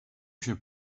się